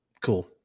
Cool